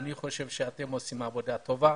אני חושב שאתם עושים עבודה טובה.